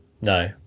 no